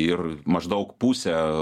ir maždaug pusę